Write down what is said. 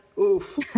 Oof